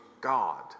God